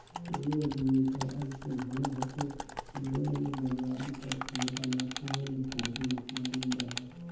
कइयो उद्यमिता अइसे घलो होथे जेमन ल बजार कर फयदा नोसकान ले काहीं मतलब नी रहें